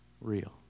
real